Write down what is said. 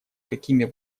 какими